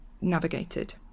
navigated